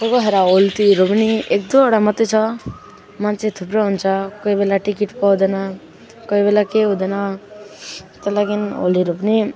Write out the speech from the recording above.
कोही कोहीखेर होलतीहरू पनि एक दुइवटा मात्र छ मान्छे थुप्रो हुन्छ कोही बेला टिकट पाउँदैन कोही बेला के हुँदैन त्यो लागि होलीहरू पनि